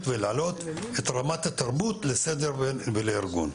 ולהעלות את רמת התרבות לסדר ולארגון.